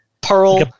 pearl